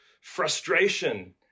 frustration